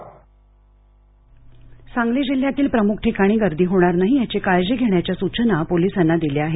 जयंत पाटील सांगली सांगली जिल्ह्यातील प्रमुख ठिकाणी गर्दी होणार नाही याची काळजी घेण्याच्या सूचना पोलिसांना दिल्या आहेत